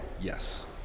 Yes